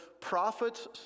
prophets